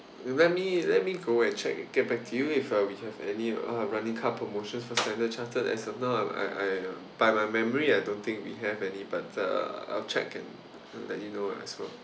let me let me go and check and get back to you if we have any uh running car promotions for standard chartered as of now I I I uh by my memory I don't think we have any but uh I'll check and let you know as well